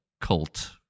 cult